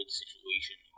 situation